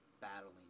battling